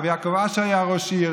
רב יעקב אשר היה ראש עיר,